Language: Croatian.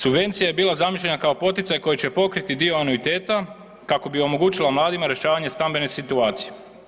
Subvencija je bila zamišljena kao poticaj koji će pokriti dio anuiteta kako bi omogućila mladima rješavanje stambene situacije.